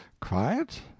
quiet